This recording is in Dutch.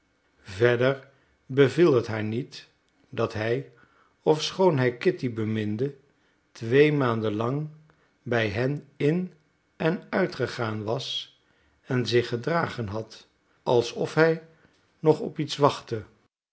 verder beviel het haar niet dat hij ofschoon hij kitty beminde twee maanden lang bij hen in en uitgegaan was en zich gedragen had alsof hij nog op iets wachtte